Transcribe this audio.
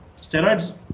steroids